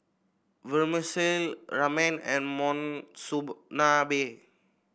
Vermicelli Ramen and Monsunabe